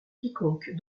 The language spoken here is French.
quiconque